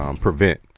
prevent